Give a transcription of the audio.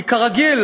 כי כרגיל,